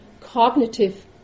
cognitive